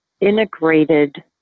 integrated